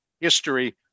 history